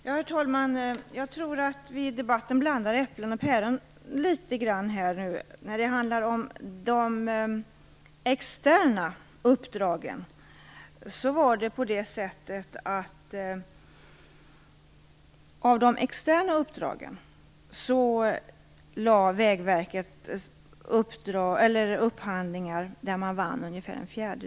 Herr talman! Jag tror att vi blandar äpplen och päron i debatten. När det handlar om de externa uppdragen vann Vägverket ungefär en fjärdedel av de upphandlingar man lade ut.